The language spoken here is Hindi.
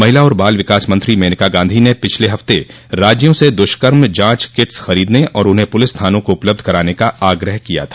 महिला और बाल विकास मंत्री मेनका गांधी ने पिछले हफ्ते राज्यों से दुष्कर्म जांच किट्स खरीदने और उन्हें पुलिस थानों को उपलब्ध कराने का आग्रह किया था